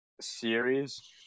series